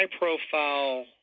high-profile